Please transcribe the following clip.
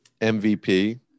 MVP